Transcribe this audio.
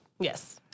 Yes